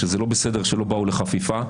שזה לא בסדר שלא באו לחפיפה,